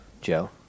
Joe